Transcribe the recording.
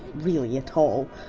really, at all.